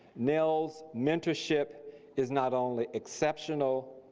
nell's mentorship is not only exceptional,